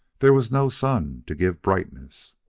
there was no sun to give brightness.